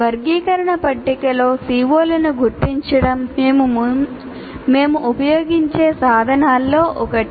వర్గీకరణ పట్టికలో CO లను గుర్తించడం మేము ఉపయోగించే సాధనాల్లో ఒకటి